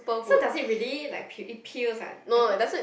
so does it really like peel it peels ah that one